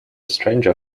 stranger